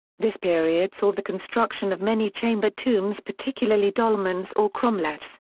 this period saw the construction of many chambered tombs particularly dolmens or cromlechs.